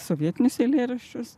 sovietinius eilėraščius